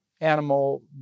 animal